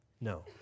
No